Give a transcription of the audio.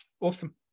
awesome